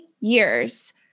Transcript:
years